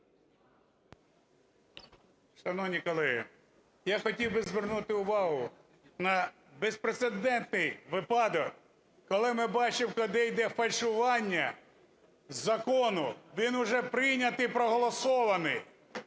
Шановні колеги, я хотів би звернути увагу на безпрецедентний випадок, коли ми бачимо, що йде фальшування закону, він вже прийнятий і проголосований.